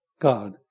God